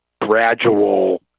gradual